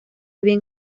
bien